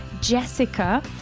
Jessica